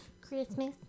Christmas